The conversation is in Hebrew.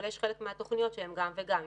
אבל יש חלק מהתוכניות שהן גם וגם.